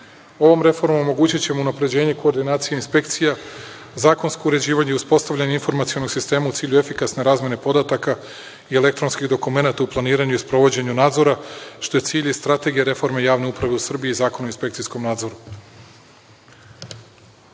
Ovom reformom omogućićemo unapređenje i koordinaciju inspekcija, zakonsko uređivanje i uspostavljanje informacionog sistema u cilju efikasne razmene podataka i elektronskih podataka u planiranju i sprovođenju nadzora, što je cilj i strategija reforme javne uprave u Srbiji i Zakona o inspekcijskom nadzoru. Naš